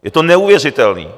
Je to neuvěřitelný.